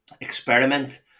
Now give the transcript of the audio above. experiment